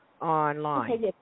online